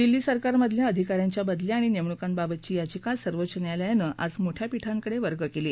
दिल्ली सरकारमधल्या अधिका यांच्या बदल्या आणि नेमणूकांबाबतची याचिका सर्वोच्च न्यायालयानं आज मोठया पीठांकडे वर्ग केली